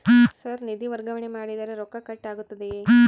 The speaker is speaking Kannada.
ಸರ್ ನಿಧಿ ವರ್ಗಾವಣೆ ಮಾಡಿದರೆ ರೊಕ್ಕ ಕಟ್ ಆಗುತ್ತದೆಯೆ?